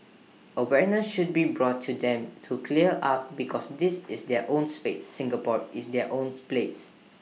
awareness should be brought to them to clear up because this is their own space Singapore is their own place